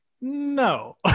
no